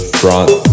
front